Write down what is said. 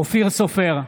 אופיר סופר,